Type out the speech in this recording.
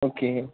okay